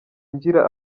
ngira